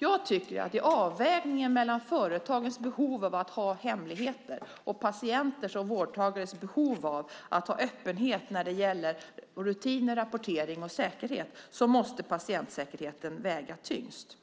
Jag tycker att i avvägningen mellan företagens behov av att ha hemligheter och patienters och vårdtagares behov av att ha öppenhet när det gäller rutiner, rapportering och säkerhet måste patientsäkerheten väga tyngst.